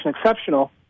exceptional